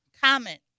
Comment